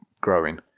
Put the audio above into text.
growing